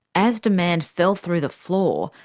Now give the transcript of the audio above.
as demand fell through the floor,